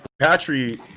Patrick